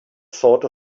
thought